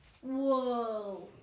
Whoa